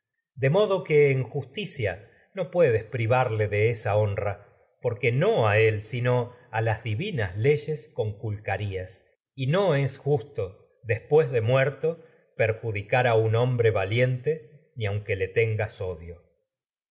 de modo que justicia él sino puedes privarle de nas honra porque y no es no a a las divi muer leyes conculcarías a un justo después de to perjudicar gas hombre valiente ni aunque le ten odio